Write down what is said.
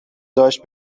داشت